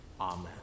Amen